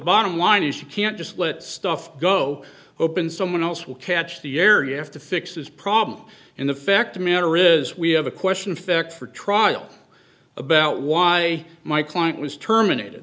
bottom line is you can't just let stuff go open someone else will catch the error you have to fix this problem in the fact the matter is we have a question fix for trial about why my client was terminated